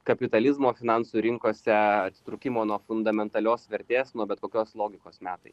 kapitalizmo finansų rinkose atitrūkimo nuo fundamentalios vertės nuo bet kokios logikos metai